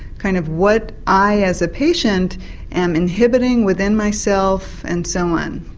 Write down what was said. kind of what i as a patient am inhibiting within myself and so on.